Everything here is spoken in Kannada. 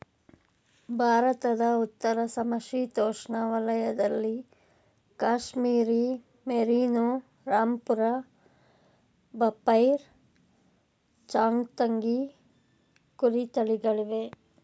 ಭಾರತದ ಉತ್ತರ ಸಮಶೀತೋಷ್ಣ ವಲಯದಲ್ಲಿ ಕಾಶ್ಮೀರಿ ಮೇರಿನೋ, ರಾಂಪುರ ಬಫೈರ್, ಚಾಂಗ್ತಂಗಿ ಕುರಿ ತಳಿಗಳಿವೆ